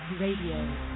Radio